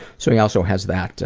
so he also has that,